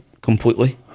completely